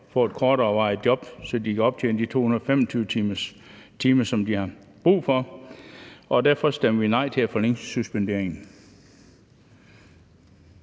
få et korterevarende job, så de kan optjene de 225 timer, som de har brug for, og derfor stemmer vi nej til at forlænge suspenderingen.